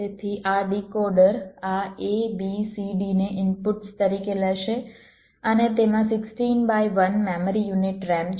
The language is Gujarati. તેથી આ ડીકોડર આ A B C D ને ઇનપુટ્સ તરીકે લેશે અને તેમાં 16 બાય 1 મેમરી યુનિટ RAM છે